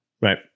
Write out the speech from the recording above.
right